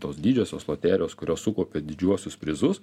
tos didžiosios loterijos kurios sukaupia didžiuosius prizus